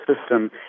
system